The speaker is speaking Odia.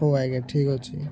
ହଉ ଆଜ୍ଞା ଠିକ୍ ଅଛି